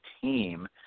team